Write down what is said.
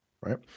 right